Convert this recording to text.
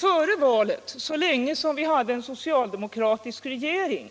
Före valet, så länge vi hade en socialdemokratisk regering,